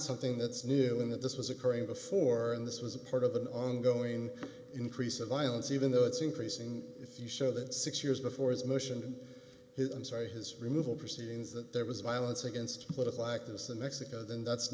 something that's new in that this was occurring before and this was a part of an ongoing increase of violence even though it's increasing if you show that six years before his mission his i'm sorry his removal proceedings that there was violence against political activists in mexico then that's